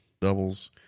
doubles